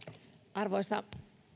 arvoisa